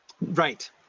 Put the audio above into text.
Right